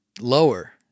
lower